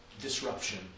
disruption